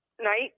night